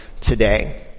today